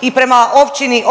i prema